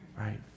right